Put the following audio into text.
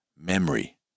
Memory